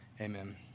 Amen